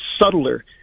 subtler